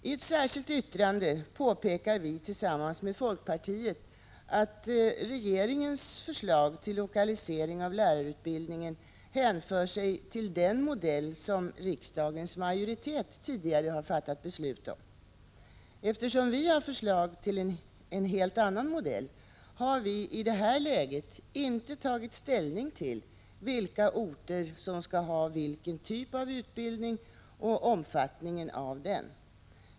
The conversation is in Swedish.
I ett särskilt yttrande påpekar vi tillsammans med folkpartiet att regeringens förslag till lokalisering av lärarutbildningen hänför sig till den modell som riksdagens majoritet tidigare fattat beslut om. Eftersom vi har föreslagit en helt annan modell, har vi i det här läget inte tagit ställning till vilka orter som skall ha vilken typ av utbildning och omfattningen av den.